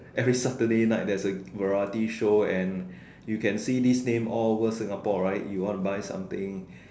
every Saturday night there's a variety show and you can see this name all over Singapore right you want to buy something